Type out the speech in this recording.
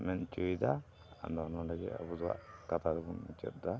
ᱢᱮᱱ ᱦᱚᱪᱚᱭᱮᱫᱟ ᱟᱫᱚ ᱱᱚᱰᱮᱜᱮ ᱟᱵᱚ ᱫᱚ ᱠᱟᱛᱷᱟ ᱫᱚᱵᱚᱱ ᱢᱩᱪᱟᱹᱫ ᱮᱫᱟ